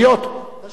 נשים חרדיות.